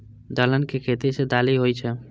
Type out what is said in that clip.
दलहन के खेती सं दालि होइ छै